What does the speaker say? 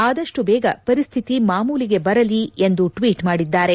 ಆದಷ್ಟು ಬೇಗ ಪರಿಸ್ತಿತಿ ಮಾಮೂಲಿಗೆ ಬರಲಿ ಎಂದು ಟ್ಲಿಟ್ ಮಾಡಿದ್ದಾರೆ